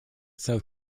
south